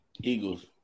Eagles